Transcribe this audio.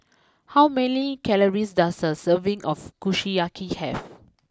how many calories does a serving of Kushiyaki have